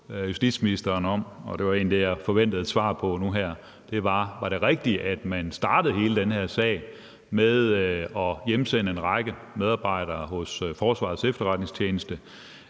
det, jeg forventede et svar på nu her, var, om det var rigtigt, at man startede hele den her sag med at hjemsende en række medarbejdere hos Forsvarets Efterretningstjeneste